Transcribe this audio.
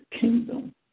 kingdom